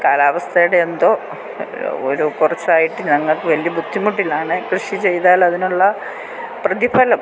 കാലാവസ്ഥയുടെ എന്തോ ഒരു കുറച്ചായിട്ട് ഞങ്ങൾക്ക് വലിയ ബുദ്ധിമുട്ടിലാണ് കൃഷി ചെയ്താലതിനുള്ള പ്രതിഫലം